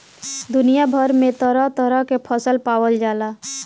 दुनिया भर में तरह तरह के फल पावल जाला